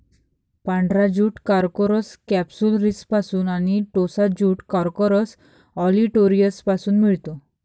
पांढरा jute Corchorus कॅप्सुलरिसपासून आणि टोसा ज्यूट कॉर्कोरस ऑलिटोरियसपासून मिळतो